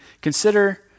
consider